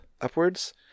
upwards